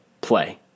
play